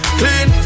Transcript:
clean